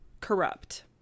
corrupt